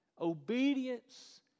obedience